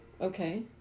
okay